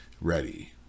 ready